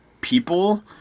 people